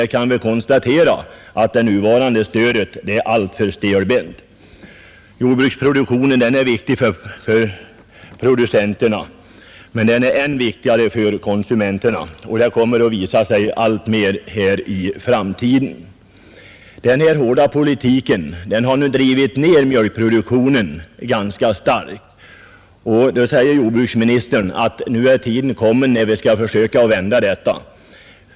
Det nuvarande stödet är alltför stelbent. Jordbruksproduktionen är viktig för producenterna, men den är än viktigare för konsumenterna, och det kommer att visa sig alltmer i framtiden. Den hårda politiken har drivit ned mjölkproduktionen ganska starkt, och då säger jordbruksministern att nu är tiden kommen när vi skall försöka vända detta.